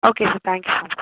okay sir thank you sir